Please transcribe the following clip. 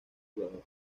jugador